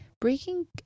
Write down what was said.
Breaking